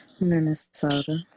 minnesota